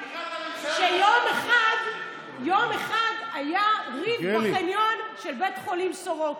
שיום אחד היה ריב בחניון של בית חולים סורוקה.